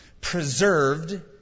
preserved